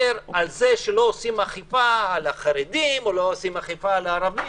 על זה שלא מבצעים אכיפה כלפי החרדים או כלפי הערבים,